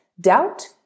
doubt